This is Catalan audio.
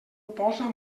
posa